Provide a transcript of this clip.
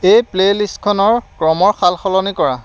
এই প্লে'লিষ্টখনৰ ক্ৰমৰ সাল সলনি কৰা